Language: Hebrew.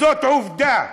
וזאת עובדה,